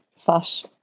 slash